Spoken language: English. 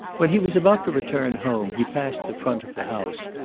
when he was about to return home he passed the front of the house,